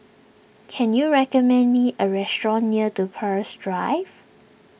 can you recommend me a restaurant near do Peirce Drive